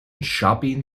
shopping